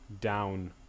down